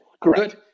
Correct